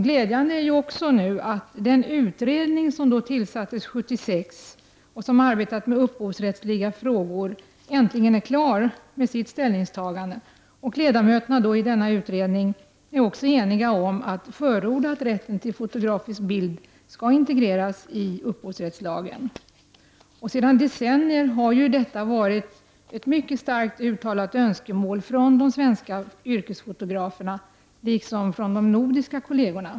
Glädjande är också att den utredning som sedan 1976 arbetat med upphovsrättsliga frågor äntligen är klar med sitt ställningstagande. Ledamöterna i denna utredning är dessutom eniga om att förorda att rätten till fotografisk bild skall integreras i upphovsrättslagen. Sedan decennier har ju detta varit ett mycket starkt uttalat önskemål från de svenska yrkesfotograferna liksom från deras nordiska kolleger.